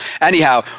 anyhow